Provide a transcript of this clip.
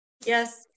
Yes